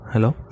Hello